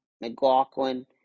McLaughlin